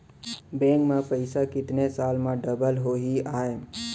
Bank में पइसा कितने साल में डबल होही आय?